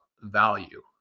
value